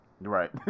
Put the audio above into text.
Right